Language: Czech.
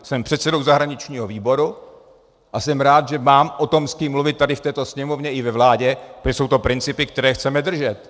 Jsem předsedou zahraničního výboru a jsem rád, že mám o tom s kým mluvit tady v této Sněmovně i ve vládě, protože jsou to principy, které chceme držet.